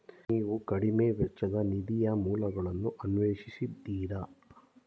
ನೀವು ಕಡಿಮೆ ವೆಚ್ಚದ ನಿಧಿಯ ಮೂಲಗಳನ್ನು ಅನ್ವೇಷಿಸಿದ್ದೀರಾ?